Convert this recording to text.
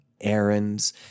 errands